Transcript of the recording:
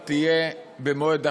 אני מסכים למצב שההצבעה תהיה במועד אחר,